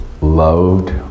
loved